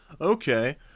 okay